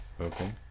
Okay